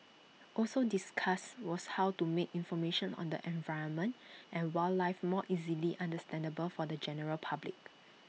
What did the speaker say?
also discussed was how to make information on the environment and wildlife more easily understandable for the general public